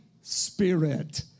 Spirit